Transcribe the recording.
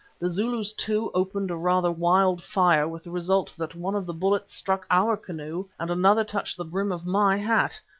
the zulus, too, opened a rather wild fire, with the result that one of the bullets struck our canoe and another touched the brim of my hat.